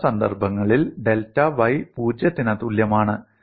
അത്തരം സന്ദർഭങ്ങളിൽ delta y 0 ത്തിന് തുല്യമാണ്